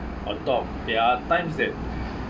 on top there are times that